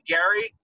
Gary